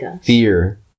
fear